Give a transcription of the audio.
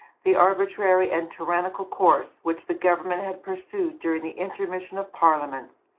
the arbitrary and tyrannical course which the government had pursued during the intermission of parliaments,